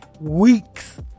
weeks